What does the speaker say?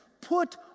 put